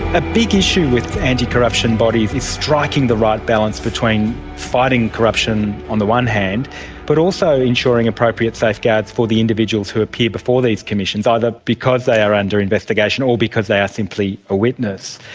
a big issue with anticorruption bodies is striking the right balance between fighting corruption on the one hand but also ensuring appropriate safeguards for the individuals who appear before these commissions, either because they are under investigation or because they are simply a witness.